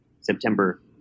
September